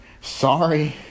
sorry